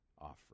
offering